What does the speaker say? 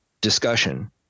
discussion